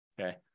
Okay